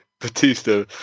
Batista